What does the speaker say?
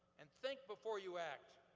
and think before you act.